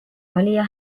valija